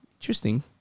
Interesting